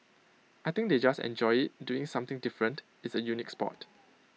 I think they just enjoy doing something different it's A unique Sport